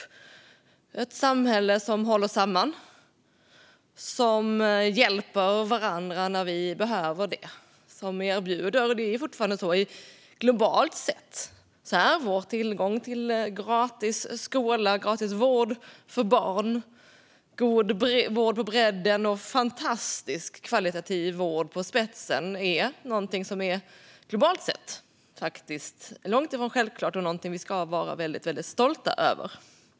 Det är ett samhälle som håller samman och där vi hjälper varandra när vi behöver det. Globalt sett är fortfarande vår tillgång till gratis skola, gratis vård för barn, god vård på bredden och fantastiskt högkvalitativ vård på spetsen något som är långt ifrån självklart och något som vi ska vara väldigt stolta över.